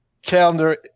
Calendar